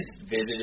visited